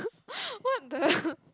what the